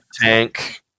tank